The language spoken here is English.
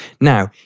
Now